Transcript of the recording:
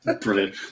Brilliant